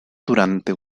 durante